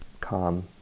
calm